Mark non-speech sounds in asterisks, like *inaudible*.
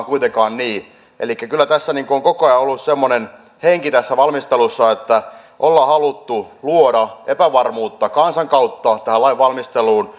*unintelligible* kuitenkaan niin elikkä kyllä tässä valmistelussa on koko ajan ollut semmoinen henki että ollaan haluttu luoda epävarmuutta kansan kautta tähän lain